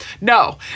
no